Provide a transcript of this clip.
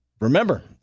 Remember